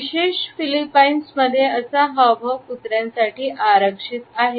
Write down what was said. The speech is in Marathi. विशेष फिलिपाईन्समध्ये असा हावभाव कुत्र्यांसाठी आरक्षित आहे